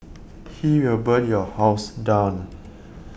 he will burn your house down